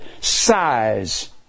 size